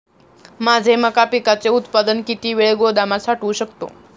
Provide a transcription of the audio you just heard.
माझे मका पिकाचे उत्पादन किती वेळ गोदामात साठवू शकतो?